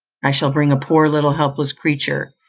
i shall bring a poor little helpless creature,